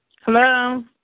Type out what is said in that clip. Hello